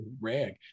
rag